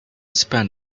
spend